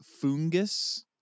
Fungus